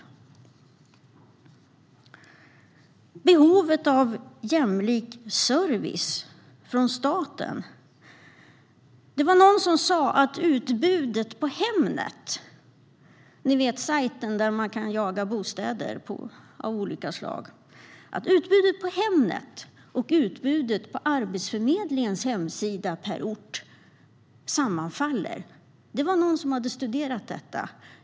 När det gäller behovet av jämlik service från staten var det någon som sa att utbudet på Hemnet, sajten där man kan jaga bostäder av olika slag, och utbudet på Arbetsförmedlingens hemsida per ort sammanfaller. Det var någon som hade studerat detta.